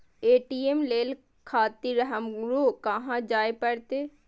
ATM ले खातिर हमरो कहाँ जाए परतें?